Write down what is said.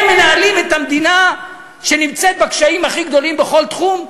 הם מנהלים את המדינה שנמצאת בקשיים הכי גדולים בכל תחום.